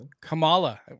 kamala